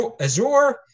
Azure